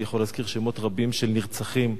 הייתי יכול להזכיר שמות רבים של נרצחים,